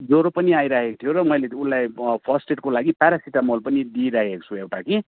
ज्वरो पनि आइराखेको थियो र मैले उसलाई फर्स्ट एडको लागि पारासिटामोल पनि दिइरहेको छु एउटा कि